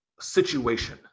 Situation